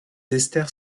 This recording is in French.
esters